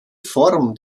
form